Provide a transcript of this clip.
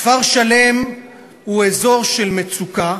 כפר-שלם הוא אזור של מצוקה,